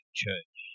church